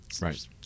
Right